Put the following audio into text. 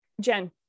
Jen